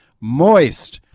moist